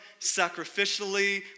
sacrificially